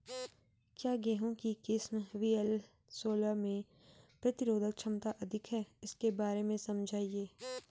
क्या गेहूँ की किस्म वी.एल सोलह में प्रतिरोधक क्षमता अधिक है इसके बारे में समझाइये?